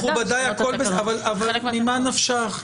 אבל ממה נפשך?